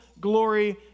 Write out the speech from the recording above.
glory